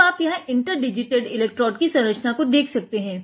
अब आप यहाँ इन्टर डीजीटेड एलेट्रोड़ का स्ट्रक्चर देख सकते हैं